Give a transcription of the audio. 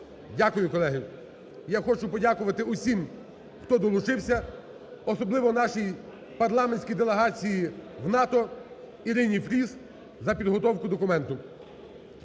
Дякую, колеги. Я хочу подякувати усім, хто долучився, особливо нашій парламентській делегації в НАТО, Ірині Фріз за підготовку документу.